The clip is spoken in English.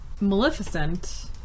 Maleficent